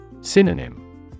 Synonym